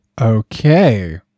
Okay